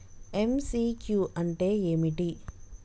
MCQ అంటే ఏమిటి?